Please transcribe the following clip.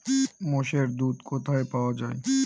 মোষের দুধ কোথায় পাওয়া যাবে?